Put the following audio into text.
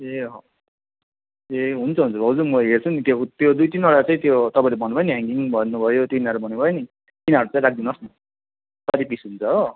ए हजुर ए हुन्छ हुन्छ भाउजु म हेर्छु नि त्यो त्यो दुई तिनवटा चाहिँ त्यो तपाईँले भन्नुभयो नि ह्याङ्गिङ भन्नुभयो तिनीहरू भन्नुभयो नि तिनीहरू चाहिँ राखिदिनु होस् न भरे बिर्सिन्छ हो